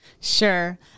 Sure